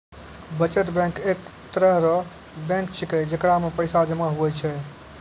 बचत बैंक एक तरह रो बैंक छैकै जेकरा मे पैसा जमा हुवै छै